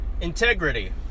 integrity